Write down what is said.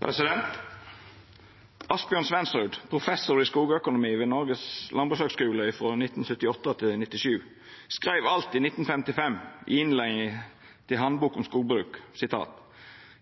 vedtatt. Asbjørn Svendsrud, professor i skogøkonomi ved Noregs landbrukshøgskule frå 1978 til 1997, skreiv alt i 1955, i innleiinga til ei handbok om skogbruk: